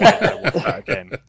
again